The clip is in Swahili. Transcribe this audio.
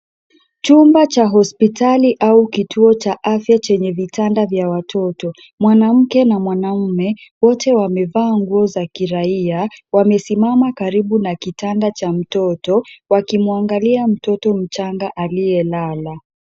Chumba cha hospitali au kituo cha afya chenye vitanda vya watoto. Mwanamke na mwanamume, wote wamevaa nguo za kiraia. Wamesimama karibu na kitanda cha mtoto , wakimwangalia mtoto mchanga aliyelala.